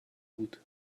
بود